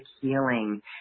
healing